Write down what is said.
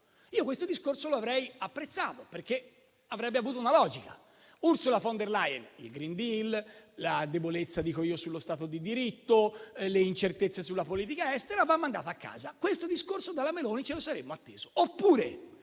Questo discorso lo avrei apprezzato, perché avrebbe avuto una logica. Ursula von der Leyen, con il *green deal*, la debolezza (dico io) sullo Stato di diritto, e le incertezze sulla politica estera, va mandata a casa. Questo discorso dalla Meloni ce lo saremmo atteso.